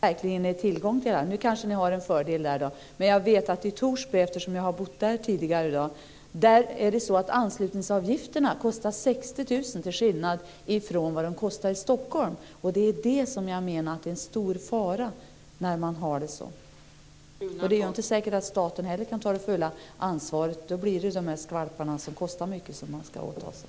Fru talman! Det viktiga är tillgång för alla. Jag vet att det i Torsby, där jag tidigare har bott, är så att anslutningsavgiften är 60 000 kr, så det är skillnad jämfört med vad det kostar i Stockholm. Vad jag menar är just att det är en stor fara att ha det så. Sedan är det ju inte säkert att staten kan ta det fulla ansvaret och då blir det de här "skvalparna" som kostar mycket som man får åta sig.